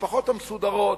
המשפחות המסודרות,